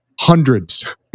hundreds